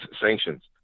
sanctions